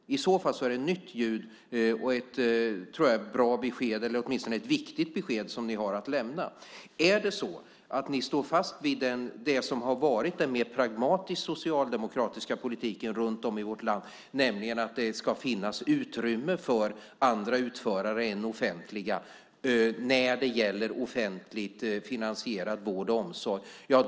I så fall är det ett nytt ljud och ett viktigt besked som ni har att lämna. Står ni fast vid det som har varit den mer pragmatiska socialdemokratiska politiken runt om i vårt land, nämligen att det ska finnas utrymme för andra utförare än offentliga när det gäller offentligt finansierad vård och omsorg?